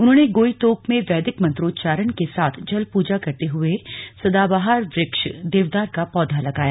उन्होंने गोई तोक में वैदिक मंत्रोच्चारण के साथ जल पूजा करते हुए सदाबहार वृक्ष देवदार का पौधा लगाया